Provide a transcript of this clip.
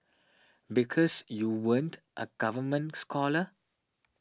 because you weren't a government scholar